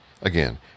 Again